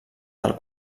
del